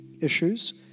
issues